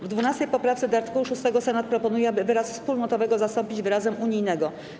W 12. poprawce do art. 6 Senat proponuje, aby wyraz „wspólnotowego” zastąpić wyrazem „unijnego”